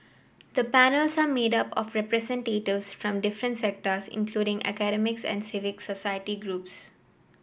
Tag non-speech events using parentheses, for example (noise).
the panels are made up of (unintelligible) from different sectors including academics and civic society groups